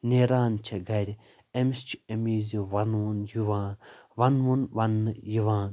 نیٚران چھِ گَرِ أمِس چھُ امہِ وِزِ ؤنوُن یوان ؤنوُن وننہٕ یوان